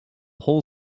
whole